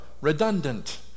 redundant